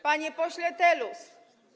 Panie Pośle Telus!